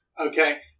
Okay